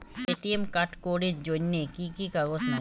ATM card করির জন্যে কি কি কাগজ নাগে?